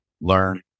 learn